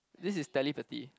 this is telepathy